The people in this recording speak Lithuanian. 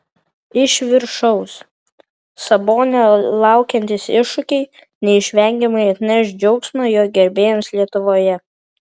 iš viršaus sabonio laukiantys iššūkiai neišvengiamai atneš džiaugsmo jo gerbėjams lietuvoje